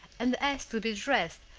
and asked to be dressed,